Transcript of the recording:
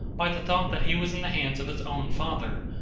by the thought that he was in the hands of his own father,